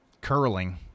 curling